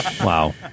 Wow